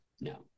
No